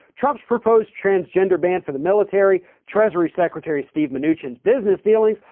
trump's proposed transgender ban for the military, treasury secretary steve mnuchin's business dealings,